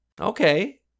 Okay